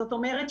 זאת אומרת,